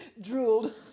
drooled